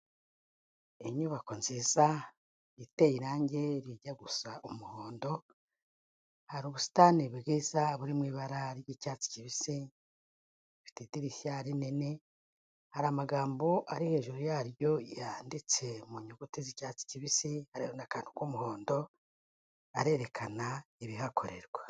Inyubako nziza iteye irangi rijya gusa umuhondo, hari ubusitani bwiza buri mu ibara ry'icyatsi kibisi ifite idirishya rinini, hari amagambo ari hejuru yaryo yanditse mu nyuguti z'icyatsi kibisi, hariho n'akantu k'umuhondo, arerekana ibihakorerwa.